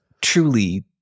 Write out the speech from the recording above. truly